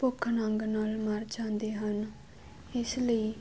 ਭੁੱਖ ਨੰਗ ਨਾਲ ਮਰ ਜਾਂਦੇ ਹਨ ਇਸ ਲਈ